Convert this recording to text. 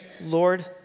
Lord